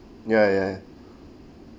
ya ya ya